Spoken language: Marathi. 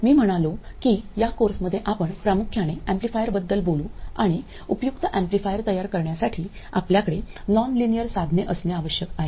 मी म्हणालो की या कोर्समध्ये आपण प्रामुख्याने एम्पलीफायरबद्दल बोलू आणि उपयुक्त एम्पलीफायर तयार करण्यासाठी आपल्याकडे नॉन लिनियर साधने असणे आवश्यक आहे